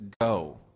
go